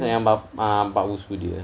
sayang pak busu dia